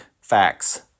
facts